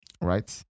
Right